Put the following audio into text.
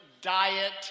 diet